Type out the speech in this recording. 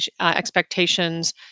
expectations